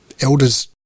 elders